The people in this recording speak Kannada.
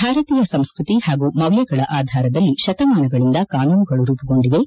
ಭಾರತೀಯ ಸಂಸ್ಕೃತಿ ಹಾಗೂ ಮೌಲ್ಯಗಳ ಆಧಾರದಲ್ಲಿ ಶತಮಾನಗಳಿಂದ ಕಾನೂನುಗಳು ರೂಮಗೊಂಡಿವೆ